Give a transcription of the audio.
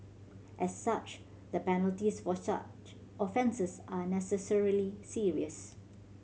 as such the penalties for such offences are necessarily serious